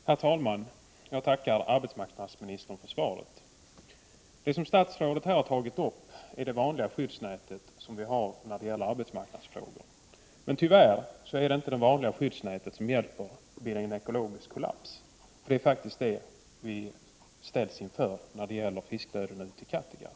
Herr talman! Jag tackar arbetsmarknadsministern för svaret. Det som statsrådet här har tagit upp är det vanliga skyddsnätet vi har när det gäller arbetsmarknadsfrågor. Tyvärr hjälper inte det vanliga skyddsnätet vid en ekologisk kollaps — det är faktiskt en sådan vi ställs inför när det gäller fiskdöden ute i Kattegatt.